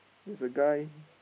there's a guy